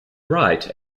write